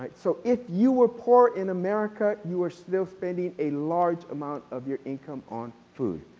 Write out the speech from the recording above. so if you were poor in america you are still spending a large amount of your income on food.